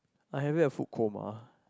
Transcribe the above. I'm having a food coma